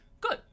good